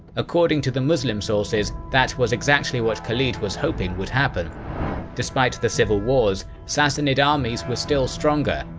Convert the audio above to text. according to the muslim sources, that was exactly what khalid was hoping would happen despite the civil wars, sassanid armies were still stronger,